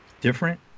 different